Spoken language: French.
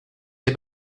des